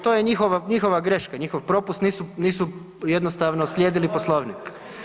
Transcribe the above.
To je njihova greška, njihov propust, nisu jednostavno slijedili Poslovnik.